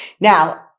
Now